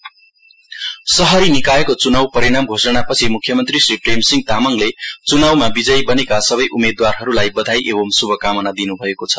CM election शहरी निकायको चुनाउ परिणाम घोषणापछि मुख्यमन्त्री श्री प्रेमसिंह तामाङले चुनाउमा बिजयी बनेका सबै उम्मेद्वारहरूलाई बधाई एवं शुभकामना दिनुभएको छ